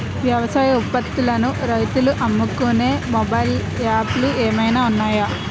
వ్యవసాయ ఉత్పత్తులను రైతులు అమ్ముకునే మొబైల్ యాప్ లు ఏమైనా ఉన్నాయా?